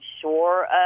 sure